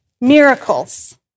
miracles